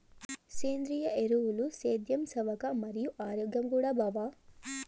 సేంద్రియ ఎరువులు సేద్యం సవక మరియు ఆరోగ్యం కూడా బావ